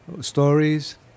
Stories